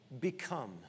become